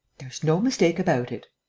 there's no mistake about it.